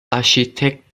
architekt